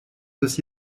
aussi